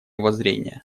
воззрения